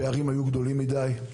הפערים היו גדולים מדי.